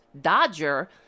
dodger